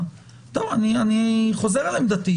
אני חוזר על עמדתי,